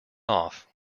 off